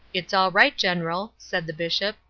it's all right, general said the bishop.